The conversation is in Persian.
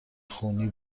خونی